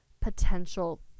potential